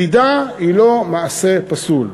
מדידה היא לא מעשה פסול.